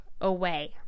away